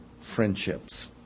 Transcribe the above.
friendships